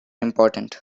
important